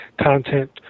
content